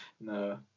No